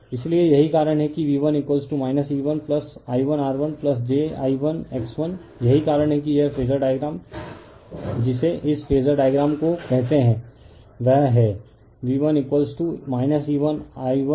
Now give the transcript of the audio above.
इसलिए यही कारण है कि V1 E1I1R1 jI1X1 यही कारण है कि यह फेजर डायग्राम जिसे इस फेजर डायग्राम को कहते हैं वह है V1 E1I1R1jI1X1 यह सही है